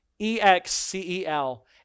E-X-C-E-L